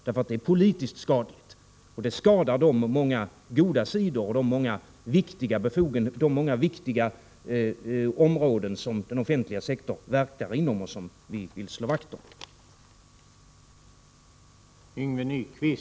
Det är nämligen politiskt skadligt, och det skadar de många goda sidor och viktiga områden som den offentliga sektorn verkar inom och som vi vill slå vakt om.